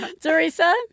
Teresa